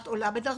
היא עולה בדרגה,